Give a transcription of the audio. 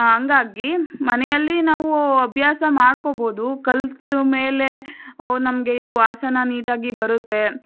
ಹಂಗಾಗಿ ಮನೆಯಲ್ಲಿ ನಾವು ಅಭ್ಯಾಸ ಮಾಡ್ಕೋಬೋದು ಕಲ್ತ ಮೇಲೆ ಓ ನಮಗೆ ಇದು ಆಸನ ನೀಟಾಗಿ ಬರುತ್ತೆ